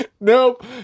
nope